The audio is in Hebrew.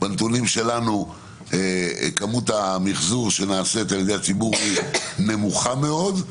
בנתונים שלנו כמות המחזור שנעשית על ידי הציבור היא נמוכה מאוד,